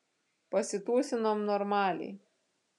pasitūsinom normaliai